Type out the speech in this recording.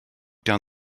down